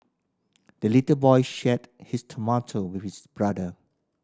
the little boy shared his tomato with his brother